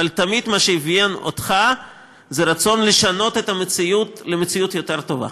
אבל תמיד מה שאפיין אותך זה רצון לשנות את המציאות למציאות יותר טובה,